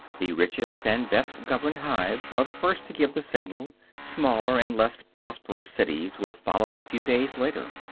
the richest and best-governed hives are the first to give the signal smaller and less prosperous cities will follow a few days later.